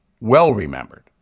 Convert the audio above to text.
well-remembered